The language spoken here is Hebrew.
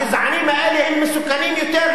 הגזענים האלה הם מסוכנים יותר,